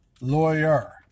lawyer